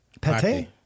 Pate